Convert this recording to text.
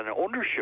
ownership